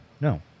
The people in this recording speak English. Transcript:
no